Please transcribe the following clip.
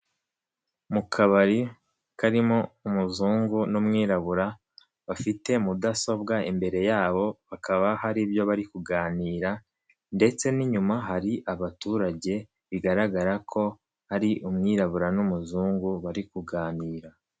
Mu kabari karimo umuzungu n'umwirabura bafite mudasobwa imbere yabo bakaba hari ibyo bari kuganira, ndetse n'inyuma hari abaturage bigaragara ko ari umwirabura n'umuzungu bari kuganira.